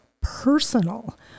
personal